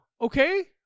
okay